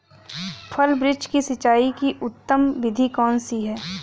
फल वृक्ष की सिंचाई की उत्तम विधि कौन सी है?